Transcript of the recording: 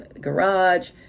garage